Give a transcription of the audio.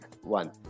one